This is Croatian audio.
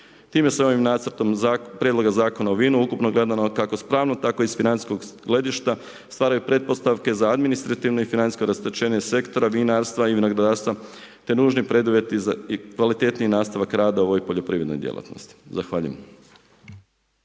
Time se ovim nacrtom Prijedlogom Zakona o vinu ukupno gledano kako s pravnog tako i sa financijskog gledišta, stvaraju pretpostavke za administrativno i financijsko rasterećenje sektora vinarstva i vinogradarstva te nužni preduvjeti i kvalitetniji nastavak rada u ovoj poljoprivrednoj djelatnosti. Zahvaljujem.